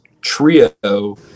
trio